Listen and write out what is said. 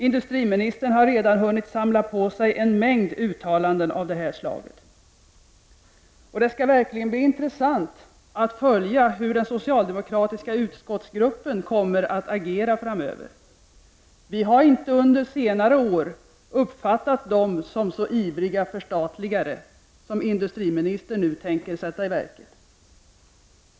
Industriministern har redan hunnit samla på sig en mängd uttalanden av det här slaget. Det skall verkligen bli intressant att följa hur den socialdemokratiska utskottsgruppen kommer att agera framöver. Vi har under senare år inte uppfattat dem som sådana ivriga förstatligare som industriministern nu verkar vara.